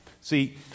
See